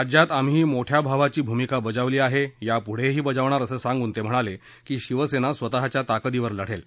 राज्यात आम्ही मोठ्या भावाची भूमिका बजावली आहे यापुढेही बजावणार असं सांगून ते म्हणाले की शिवसेना स्वतःच्या ताकदीवर लढेल